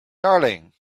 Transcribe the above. darling